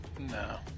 No